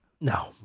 No